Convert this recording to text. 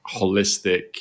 holistic